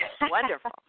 Wonderful